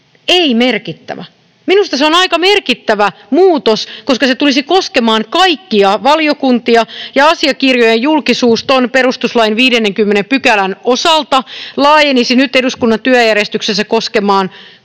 ei-merkittävä. Minusta se on aika merkittävä muutos, koska se tulisi koskemaan kaikkia valiokuntia ja asiakirjojen julkisuus tuon perustuslain 50 §:n osalta laajenisi nyt eduskunnan työjärjestyksessä koskemaan kansallista